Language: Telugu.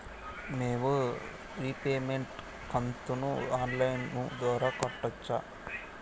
మేము రీపేమెంట్ కంతును ఆన్ లైను ద్వారా కట్టొచ్చా